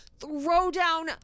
Throwdown